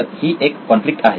तर ही एक कॉन्फ्लिक्ट आहे